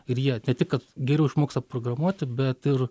ir jie ne tik kad geriau išmoksta programuoti bet ir